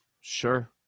sure